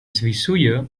svisujo